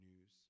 news